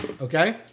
Okay